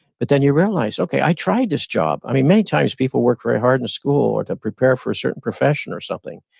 but then you realize, okay, i tried this job. many times people work very hard in school, or to prepare for a certain profession, or something,